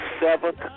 seventh